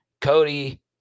Cody